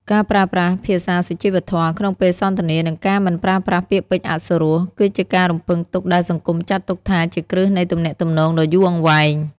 ការប្រើប្រាស់ "ភាសាសុជីវធម៌" ក្នុងពេលសន្ទនា និងការមិនប្រើប្រាស់ពាក្យពេចន៍អសុរស គឺជាការរំពឹងទុកដែលសង្គមចាត់ទុកថាជាគ្រឹះនៃទំនាក់ទំនងដ៏យូរអង្វែង។